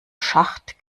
schacht